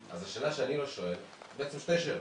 אז השאלה שאני שואל זה בעצם שתי שאלות.